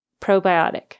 probiotic